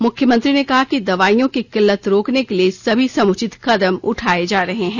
मुख्यमंत्री ने कहा कि दवाइयों की किल्लत रोकने के लिए सभी समुचित कदम उठाये जा रहे हैं